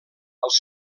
als